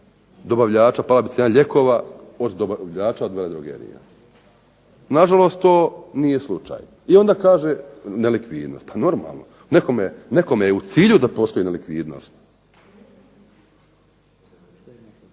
dobavljača, pala bi cijena lijekova od dobavljača od veledrogerije. Na žalost to nije slučaj, i onda kaže nelikvidnost. Pa normalno. E kome je u cilju da postoji nelikvidnost.